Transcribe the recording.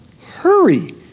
Hurry